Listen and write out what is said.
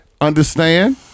understand